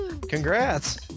Congrats